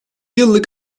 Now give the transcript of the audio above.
yıllık